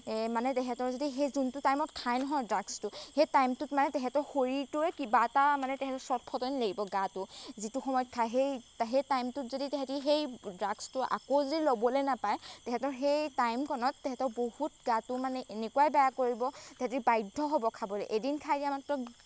মানে তেহেঁতৰ যদি সেই যোনটো টাইমত খায় নহয় ড্ৰাগছটো সেই টাইমটোত মানে তেহেঁতৰ শৰীৰটোৱে কিবা এটা মানে তেহেঁতৰ ছটফটনি লাগিব গাটো যিটো সময়ত খায় সেই সেই টাইমটোত যদি তেহেঁতি সেই ড্ৰাগছটো আকৌ যদি ল'বলৈ নাপায় তেহেঁতৰ সেই টাইমকনত তেহেঁতৰ বহুত গাটো মানে এনেকুৱাই বেয়া কৰিব তেহেঁতি বাধ্য হ'ব খাবলৈ এদিন খাই দিয়া মাত্ৰ